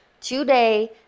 today